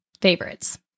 favorites